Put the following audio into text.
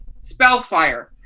Spellfire